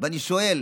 ואני שואל,